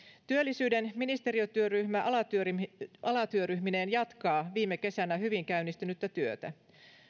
työllisyyden ministeriötyöryhmä alatyöryhmineen alatyöryhmineen jatkaa viime kesänä hyvin käynnistynyttä työtä